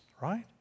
right